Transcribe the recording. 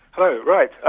oh right.